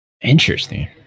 Interesting